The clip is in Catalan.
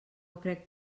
crec